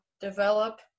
develop